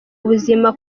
ubuzima